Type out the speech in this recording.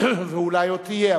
ואולי עוד תהיה.